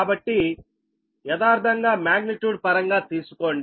కాబట్టి యదార్ధంగా మాగ్నిట్యూడ్ పరంగా తీసుకోండి